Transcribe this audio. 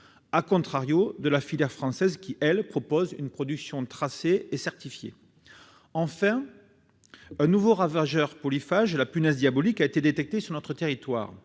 français, de la filière française, qui, elle, propose une production tracée et certifiée. Enfin, un nouveau ravageur polyphage, la punaise diabolique, a été détecté sur notre territoire.